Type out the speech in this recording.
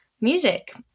music